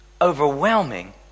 overwhelming